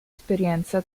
esperienza